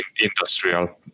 industrial